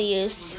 use